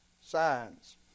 signs